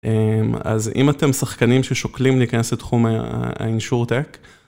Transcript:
אז אם אתם שחקנים ששוקלים להיכנס לתחום האינשורטק,